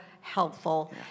helpful